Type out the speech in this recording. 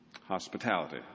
Hospitality